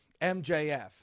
MJF